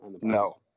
No